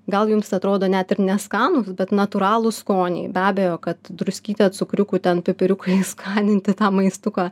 gal jums atrodo net ir neskanūs bet natūralūs skoniai be abejo kad druskyte cukriuku ten pipiriukais skaninti tą maistuką